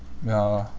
ya